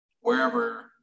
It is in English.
wherever